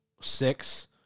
six